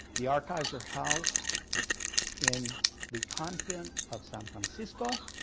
the archives are housed in the convent of san francisco,